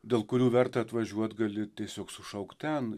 dėl kurių verta atvažiuot gali tiesiog sušaukt ten